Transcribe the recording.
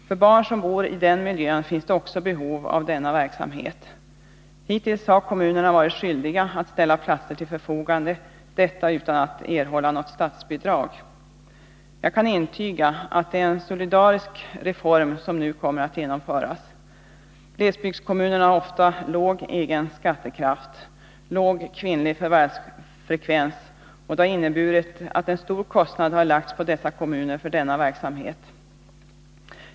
För barn som bor i den miljön finns det också behov av denna verksamhet. Hittills har kommunerna varit skyldiga att ställa platser till förfogande, men utan att erhålla något statsbidrag. Jag kan intyga att det är en solidarisk reform som nu kommer att genomföras. Glesbygdskommunerna har ofta låg egen skattekraft och låg kvinnlig förvärvsfrekvens. Det har inneburit att en stor kostnad har lagts på dessa kommuner för denna verksamhet.